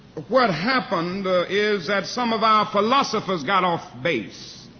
what happened is that some of our philosophers got off base.